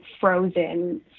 frozen